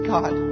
God